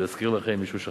הוא יזכיר לכם, למי ששכח,